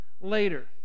later